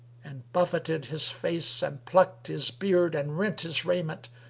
and buffeted his face and plucks his beard and rent his raiment,